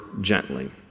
gently